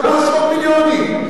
כמה עשרות מיליונים.